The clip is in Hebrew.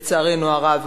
לצערנו הרב,